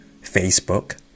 Facebook